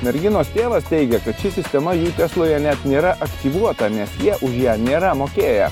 merginos tėvas teigia kad ši sistema jų tesloje net nėra aktyvuota nes jie už ją nėra mokėję